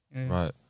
right